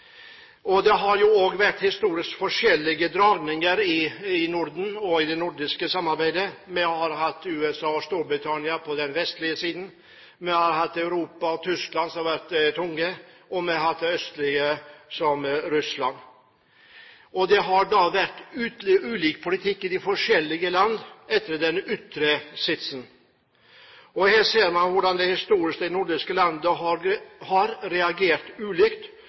det var innenfor. Det har også vært historisk forskjellige dragninger i Norden og i det nordiske samarbeidet. Vi har hatt USA og Storbritannia på den vestlige siden, vi har hatt Europa og Tyskland som har vært tunge, og vi har hatt det østlige, som Russland. Det har vært ulik politikk i de forskjellige land etter den ytre sitsen. Her ser vi hvordan de nordiske landene historisk har reagert ulikt,